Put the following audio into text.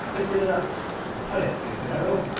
lifted it up and put it into their own,